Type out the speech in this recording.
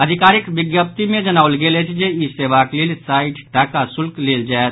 आधिकारिक विज्ञप्ति मे जनाओल गेल अछि जे ई सेवाक लेल साठि टाका शुल्क लेल जायत